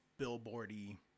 billboardy